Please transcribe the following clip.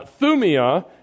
Thumia